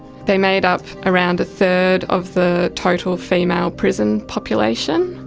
they made up around a third of the total female prison population,